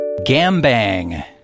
Gambang